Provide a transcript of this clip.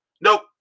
Nope